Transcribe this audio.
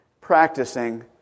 practicing